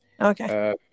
Okay